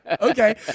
Okay